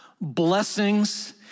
blessings